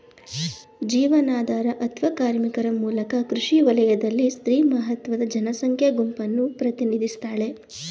ಜೀವನಾಧಾರ ಅತ್ವ ಕಾರ್ಮಿಕರ ಮೂಲಕ ಕೃಷಿ ವಲಯದಲ್ಲಿ ಸ್ತ್ರೀ ಮಹತ್ವದ ಜನಸಂಖ್ಯಾ ಗುಂಪನ್ನು ಪ್ರತಿನಿಧಿಸ್ತಾಳೆ